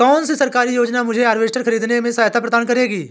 कौन सी सरकारी योजना मुझे हार्वेस्टर ख़रीदने में सहायता प्रदान करेगी?